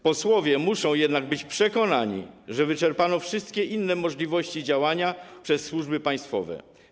Posłowie muszą jednak być przekonani, że wyczerpano wszystkie inne możliwości działania przez służby państwowe.